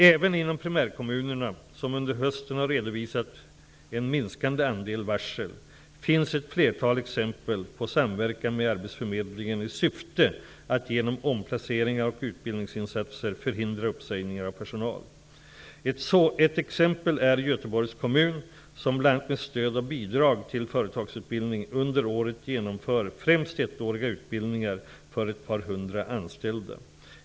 Även inom primärkommunerna, som under hösten har redovisat en minskande andel varsel, finns ett flertal exempel på samverkan med arbetsförmedlingen i syfte att genom omplaceringar och utbildningsinsatser förhindra uppsägningar av personal. Ett exempel är Göteborgs kommun som, bl.a. med stöd av bidrag till företagsutbildning, under året genomför främst ettåriga utbildningar för ett par hundra anställda.